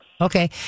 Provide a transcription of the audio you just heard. Okay